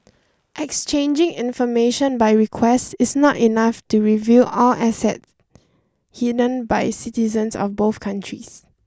exchanging information by request is not enough to reveal all assets hidden by citizens of both countries